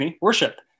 worship